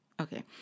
Okay